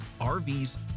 RVs